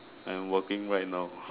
and working right now